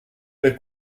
per